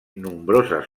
nombroses